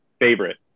favorite